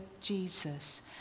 Jesus